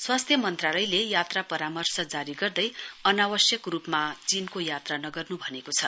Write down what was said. स्वास्थ्य मन्त्रालयले यात्रा परामर्श जारी गर्दै अनावश्यक रुपमा चीनको यात्रा नगर्नु भनेको छ